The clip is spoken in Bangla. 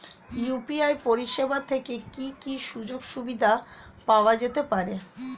ইউ.পি.আই পরিষেবা থেকে কি কি সুযোগ সুবিধা পাওয়া যেতে পারে?